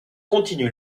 continue